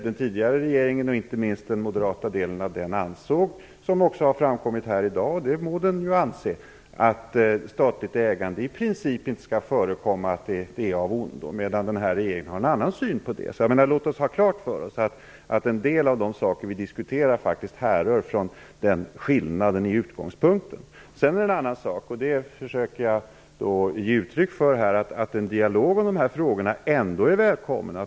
Den tidigare regeringen, och inte minst den moderata delen av den, ansåg - och det må den ju anse - att statligt ägande i princip inte skall förekomma och att det är av ondo. Det har ju framkommit här i dag också. Den här regeringen har en annan syn på detta. Låt oss ha klart för oss att en del av de saker vi diskuterar härrör från den skillnaden i utgångspunkter. Men jag försöker ge uttryck för att en dialog om dessa frågor ändå är välkommen.